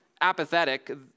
apathetic—